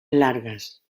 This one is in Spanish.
largas